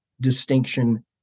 distinction